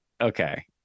Okay